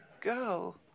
girl